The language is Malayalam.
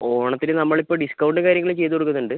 ഓണത്തിന് നമ്മളിപ്പം ഡിസ്കൗണ്ടും കാര്യങ്ങളും ചെയ്ത് കൊടുക്കുന്നുണ്ട്